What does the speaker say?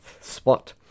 spot